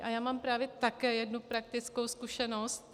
A já mám právě také jednu praktickou zkušenost.